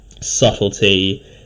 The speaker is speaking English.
subtlety